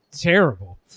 terrible